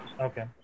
Okay